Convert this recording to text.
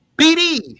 bd